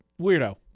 weirdo